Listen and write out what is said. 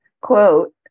quote